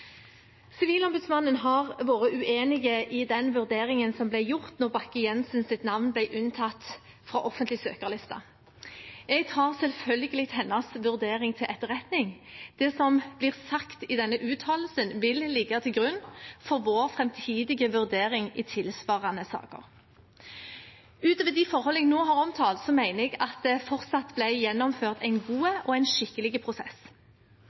har vært uenig i vurderingen som ble gjort da Bakke-Jensens navn ble unntatt fra den offentlige søkerlisten. Jeg tar selvfølgelig hennes vurdering til etterretning. Det som blir sagt i denne uttalelsen, vil ligge til grunn for vår framtidige vurdering i tilsvarende saker. Utover de forhold jeg nå har omtalt, mener jeg at det fortsatt ble gjennomført en god og skikkelig prosess.